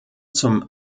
zum